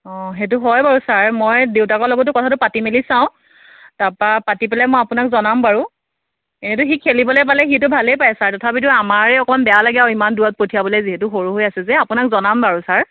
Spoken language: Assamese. অঁ সেইটো হয় বাৰু ছাৰ মই দেউতাকৰ লগতো কথাটো পাতি মেলি চাওঁ তাপা পাতি পেলাই মই আপোনাক জনাম বাৰু এনেতো সি খেলিবলৈ পালে সিতো ভালেই পায় ছাৰ তথাপিতো আমাৰে অকণ বেয়া লাগে আৰু ইমান দূৰত পঠিয়াবলৈ যিহেতু সৰু হৈ আছে যে আপোনাক জনাম বাৰু ছাৰ